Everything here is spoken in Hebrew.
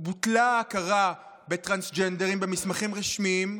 בוטלה ההכרה בטרנסג'נדרים במסמכים רשמיים,